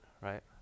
right